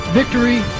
victory